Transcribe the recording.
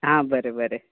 हा बरें बरें